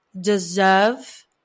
deserve